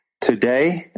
Today